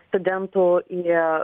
studentų į